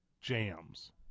jams